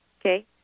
Okay